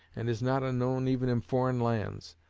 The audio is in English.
and is not unknown even in foreign lands.